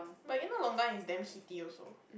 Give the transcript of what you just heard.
but you know longan is damn heaty also